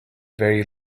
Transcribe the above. very